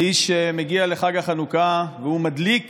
האיש מגיע לחג החנוכה והוא מדליק